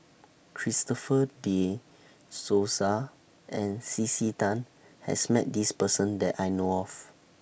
Christopher De Souza and C C Tan has Met This Person that I know of